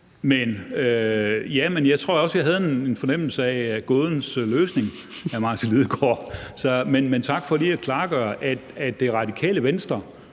Jeg tror også, jeg havde en fornemmelse af gådens løsning, hr. Martin Lidegaard, men tak for lige at klargøre, at Radikale Venstre